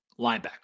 linebacker